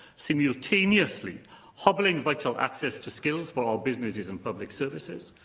simultaneously hobbling vital access to skills for our businesses and public services,